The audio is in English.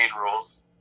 rules